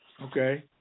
Okay